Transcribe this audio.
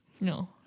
No